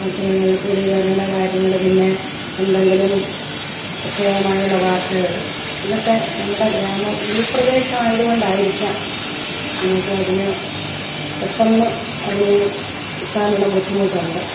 മാധ്യമങ്ങളിൽക്കൂടി വരേണ്ട കാര്യങ്ങൾ പിന്നെ എന്തെങ്കിലും പ്രത്യേകമായുള്ള വാർത്തകൾ ഇതൊക്കെ നമ്മുടെ ഗ്രാമ ഉൾപ്രദേശമായതു കൊണ്ടായിരിക്കാം നമുക്കതിന് പെട്ടെന്ന് അതിനു കിട്ടാനുള്ള ബുദ്ധിമുട്ടുണ്ട്